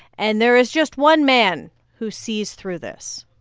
and there is just one man who sees through this.